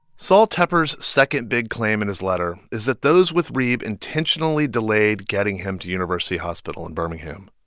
sol tepper's second big claim in his letter is that those with reeb intentionally delayed getting him to university hospital in birmingham,